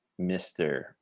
Mr